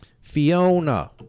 Fiona